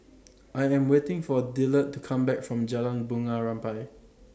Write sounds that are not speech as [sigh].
[noise] I Am waiting For Dillard to Come Back from Jalan Bunga Rampai